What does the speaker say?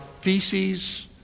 feces